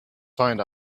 find